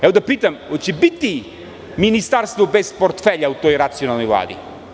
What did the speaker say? Da li da pitam da li će biti ministarstvo bez portfelja u toj racionalnoj vladi?